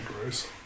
gross